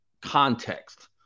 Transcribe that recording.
context